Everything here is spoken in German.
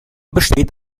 besteht